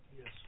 Yes